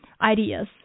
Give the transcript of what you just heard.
ideas